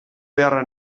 beharra